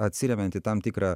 atsiremiant į tam tikrą